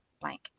blank